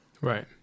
Right